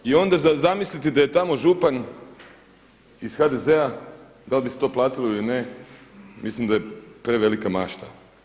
I onda zamisliti da je tamo župan iz HDZ-a da li bi se to platilo ili ne mislim da je prevelika mašta.